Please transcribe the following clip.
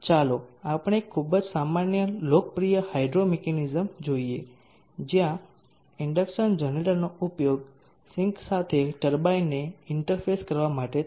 ચાલો આપણે એક ખૂબ જ સામાન્ય લોકપ્રિય હાઇડ્રો મિકેનિઝમ જોઈએ જ્યાં ઇન્ડક્શન જનરેટરનો ઉપયોગ સિંક સાથે ટર્બાઇનને ઇન્ટરફેસ કરવા માટે થાય છે